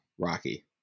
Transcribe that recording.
Rocky